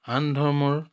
আন ধৰ্মৰ